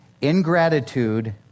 ingratitude